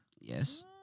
Yes